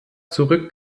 zurück